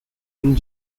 and